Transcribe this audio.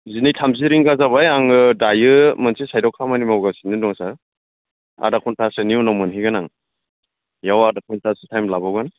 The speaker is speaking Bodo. जिनै थामजि रिंगा जाबाय आङो दायो मोनसे साइदाव खामानि मावगासिनो दं सार आधा घन्टासोनि उनाव मोनहैगोन आं बेयाव आधा घन्टासो टाइम लाबावगोन